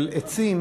של עצים